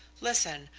listen.